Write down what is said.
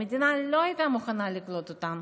המדינה לא הייתה מוכנה לקלוט אותם,